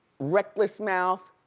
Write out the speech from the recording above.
reckless mouth,